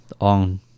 on